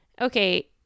okay